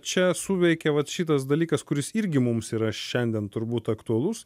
čia suveikė vat šitas dalykas kuris irgi mums yra šiandien turbūt aktualus